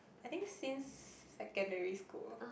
I think since secondary school